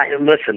listen